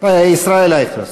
ישראל אייכלר.